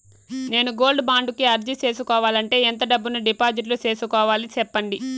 నేను gold bond కు అర్జీ సేసుకోవాలంటే ఎంత డబ్బును డిపాజిట్లు సేసుకోవాలి సెప్పండి